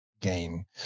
gain